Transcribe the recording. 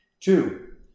Two